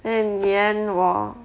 then in the end 我